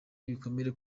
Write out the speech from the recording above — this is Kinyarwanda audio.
ibikomere